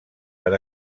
per